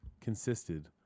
consisted